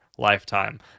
lifetime